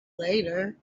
later